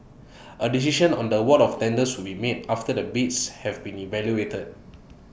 A decision on the award of the tenders will be made after the bids have been evaluated